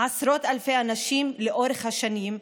עשרות אלפי אנשים לאורך השנים,